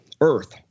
Earth